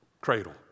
Cradle